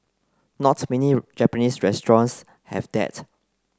not many Japanese restaurants have that